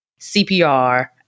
CPR